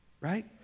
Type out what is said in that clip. right